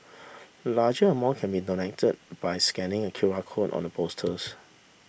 larger amount can be donated by scanning a Q R code on the posters